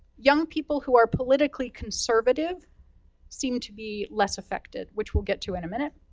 young people who are politically conservative seem to be less affected, which we'll get to in a minute.